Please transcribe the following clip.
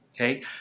okay